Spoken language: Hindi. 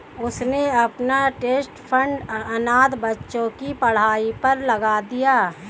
उसने अपना ट्रस्ट फंड अनाथ बच्चों की पढ़ाई पर लगा दिया